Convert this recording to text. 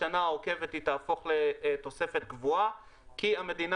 בשנה העוקבת היא תהפוך לתוספת קבועה כי המדינה